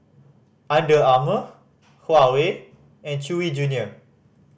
Under Armour Huawei and Chewy Junior